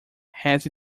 had